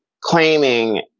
claiming